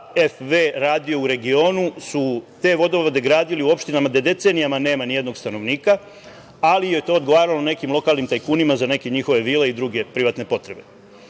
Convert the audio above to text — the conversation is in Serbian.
KfW radio u regionu su te vodovode gradili u opštinama gde decenijama nema nijednog stanovnika, ali je to odgovaralo nekim lokalnim tajkunima za neke njihove vile i druge privatne potrebe.